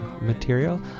material